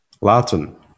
Latin